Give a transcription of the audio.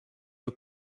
aux